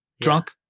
drunk